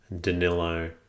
Danilo